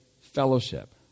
fellowship